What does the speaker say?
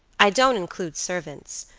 i don't include servants,